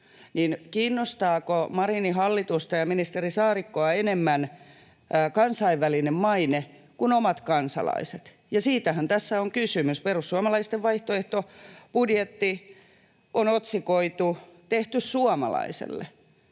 kiinnostaako Marinin hallitusta ja ministeri Saarikkoa enemmän kansainvälinen maine kuin omat kansalaiset? Ja siitähän tässä on kysymys. Perussuomalaisten vaihtoehtobudjetti on otsikoitu ”tehty suomalaiselle”